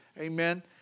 Amen